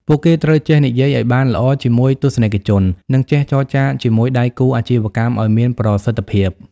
ពួកគេត្រូវចេះនិយាយឱ្យបានល្អជាមួយទស្សនិកជន និងចេះចរចាជាមួយដៃគូអាជីវកម្មឱ្យមានប្រសិទ្ធភាព។